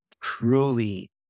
truly